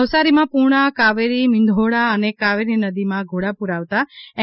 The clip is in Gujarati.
નવસારીમાં પુર્ણા કાવેરી મીંધોળા અને કાવેરી નદીમાં ઘોડાપૂર આવતા એન